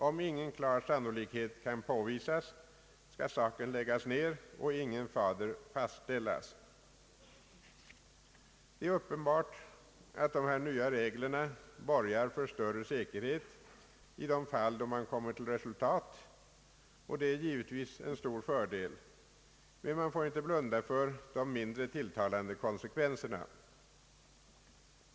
Om ingen klar sannolikhet kan påpekas skall saken läggas ned och inget faderskap fastställas. Det är uppenbart att de nya reglerna borgar för större säkerhet i de fall, då man kommer till resultat, och detta är givetvis en stor fördel, men man får inte blunda för de mindre tilltalande konsekvenserna.